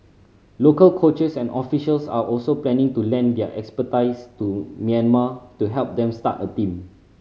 local coaches and officials are also planning to lend their expertise to Myanmar to help them start a team